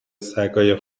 سگای